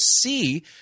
see